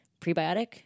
Prebiotic